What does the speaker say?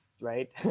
right